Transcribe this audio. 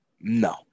No